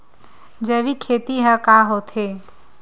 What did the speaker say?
जैविक खेती ह का होथे?